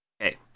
Okay